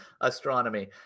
astronomy